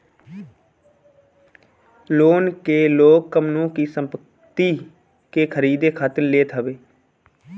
loan के लोग कवनो भी संपत्ति के खरीदे खातिर लेत हवे